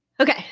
Okay